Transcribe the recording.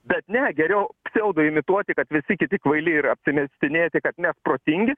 bet ne geriau pseudo imituoti kad visi kiti kvaili ir apsimestinėti kad mes protingi